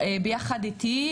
ביחד איתי,